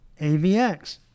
AVX